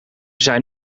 zijn